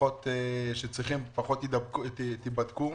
להיבדק פחות,